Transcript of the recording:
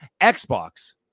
Xbox